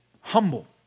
humble